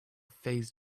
phase